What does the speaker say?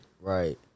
Right